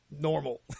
normal